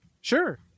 Sure